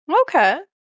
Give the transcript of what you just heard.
Okay